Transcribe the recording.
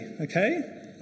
okay